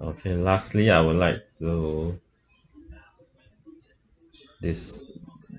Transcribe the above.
okay lastly I would like to des~